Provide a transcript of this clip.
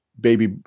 baby